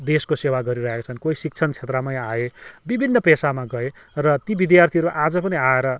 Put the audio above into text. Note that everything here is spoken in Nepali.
देशको सेवा गरिरहेका छन् कोही शिक्षण क्षेत्रमा आए विभिन्न पेसामा गए र ति विद्यार्थीहरू आज पनि आएर